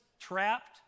trapped